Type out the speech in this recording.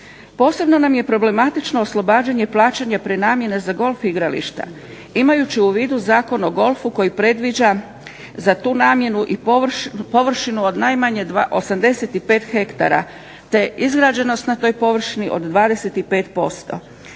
Posebno nam je problematično oslobađanje plaćanja prenamjena za golf igrališta imajući u vidu Zakon o golfu koji predviđa za tu namjenu i površinu od najmanje 85 ha, te izgrađenost na toj površini od 25%.